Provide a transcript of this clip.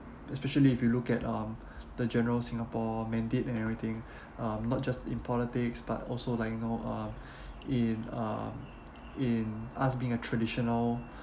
especially if you look at um the general singapore mandate and everything um not just in politics but also like you know uh in uh in us being a traditional